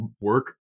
work